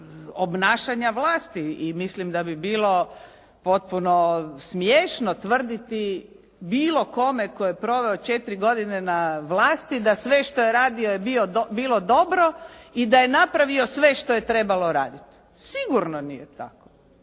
obnašanja vlasti i mislim da bi bilo potpuno smiješno tvrditi bilo kome tko je proveo 4 godine na vlasti da sve što je radio je bilo dobro i da je napravio sve što je trebalo raditi. Sigurno nije tako.